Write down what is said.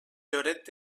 lloret